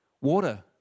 water